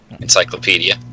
Encyclopedia